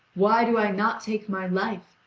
why do i not take my life?